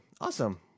awesome